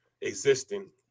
existing